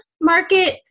market